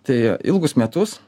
tai ilgus metus